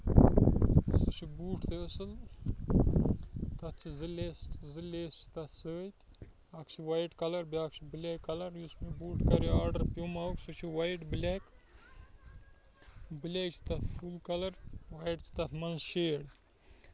سُہ چھُ بوٗٹ تہِ اَصٕل تَتھ چھِ زٕ لیسہٕ زٕ لیسہٕ چھِ تَتھ سۭتۍ اکھ چھِ وایِٹ بیاکھ چھِ بٕلیک کلر یُس مےٚ بوٗٹ کَرو آرڈر پیٚوماہُک سُہ چھُ وایِٹ بِٕلیک بٕلیک چھُ تَتھ فول کَلر وایِٹ چھِ تَتھ منٛز شیڈ